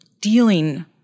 dealing